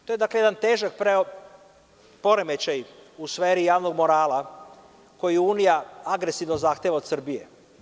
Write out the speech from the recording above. To je, dakle, jedan težak poremećaj u sferi javnog morala koju Unija agresivno zahteva od Srbije.